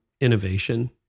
innovation